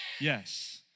Yes